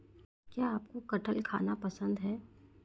क्या आपको कठहल खाना पसंद है?